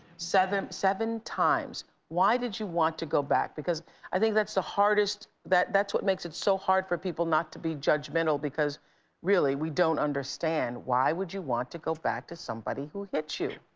seven seven times. why did you want to go back? because i think that's the hardest that's what makes it so hard for people not to be judgmental because really, we don't understand why would you want to go back to somebody who hit you?